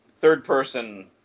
third-person